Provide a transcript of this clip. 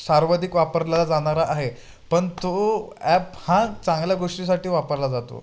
सर्वाधिक वापरला जाणारा आहे पण तो ॲप हा चांगल्या गोष्टीसाठी वापरला जातो